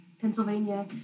Pennsylvania